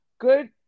Good